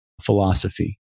philosophy